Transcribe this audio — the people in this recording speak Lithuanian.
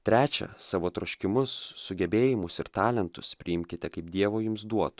trečia savo troškimus sugebėjimus ir talentus priimkite kaip dievo jums duot